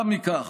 יתרה מזו,